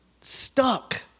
stuck